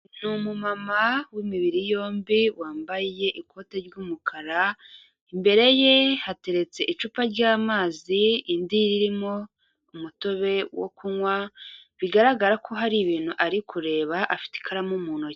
Ni umumama w'imibiri yombi wambaye ikote ry'umukara, imbere ye hateretse icupa ry'amazi irindi ririmo umutobe wo kunywa, bigaragara ko hari ibintu ari kureba afite ikaramu mu ntoki.